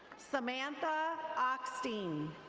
samantha ocksteen.